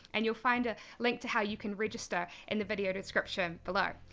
and you'll find a link to how you can register in the video description below.